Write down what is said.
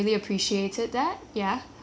ya so and and also I think